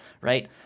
right